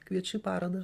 kviečiu į parodą